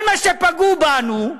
כל מה שפגעו בנו,